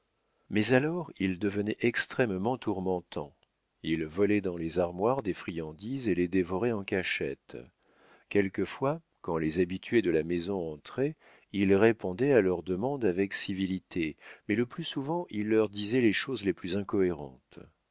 mais alors il devenait extrêmement tourmentant il volait dans les armoires des friandises et les dévorait en cachette quelquefois quand les habitués de la maison entraient il répondait à leurs demandes avec civilité mais le plus souvent il leur disait les choses les plus incohérentes